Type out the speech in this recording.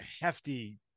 hefty